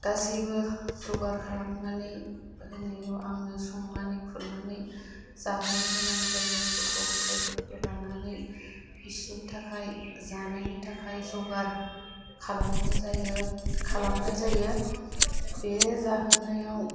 गासैबो जगार खालामनानै होनायाव आंनो संनानै खुरनानै जाहोनो गोनां जायो गथ' गथायफोरखौ लानानै बिसोरनि थाखाय जानायनि थाखाय जगार खालामनाय जायो बे जाहोनायाव